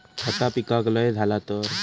खता पिकाक लय झाला तर?